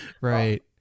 Right